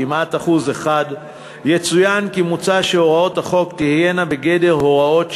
כמעט 1%. יצוין כי מוצע שהוראות החוק תהיינה בגדר הוראות שעה,